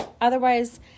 otherwise